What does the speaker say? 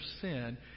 sin